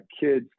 kids